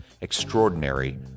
Extraordinary